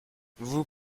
vous